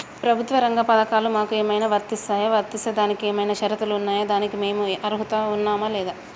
ప్రభుత్వ రంగ పథకాలు మాకు ఏమైనా వర్తిస్తాయా? వర్తిస్తే దానికి ఏమైనా షరతులు ఉన్నాయా? దానికి మేము అర్హత ఉన్నామా లేదా?